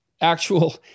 actual